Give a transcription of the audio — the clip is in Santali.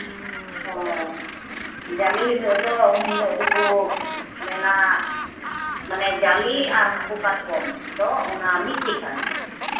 ᱚᱻ ᱡᱟᱞᱮ ᱦᱤᱞᱳᱜ ᱫᱚ ᱩᱱ ᱦᱤᱞᱳᱜ ᱫᱚᱠᱚ ᱢᱮᱱᱟ ᱢᱟᱱᱮ ᱡᱟᱞᱮ ᱟᱨ ᱦᱟᱹᱠᱩ ᱠᱟᱴᱠᱚᱢ ᱫᱚ ᱚᱱᱟ ᱢᱤᱫᱴᱮᱱ ᱠᱟᱱ ᱜᱮᱭᱟ